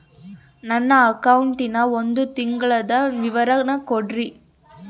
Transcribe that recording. ನನ್ನ ಅಕೌಂಟಿನ ಒಂದು ತಿಂಗಳದ ವಿವರ ಕೊಡ್ರಿ?